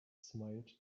smiled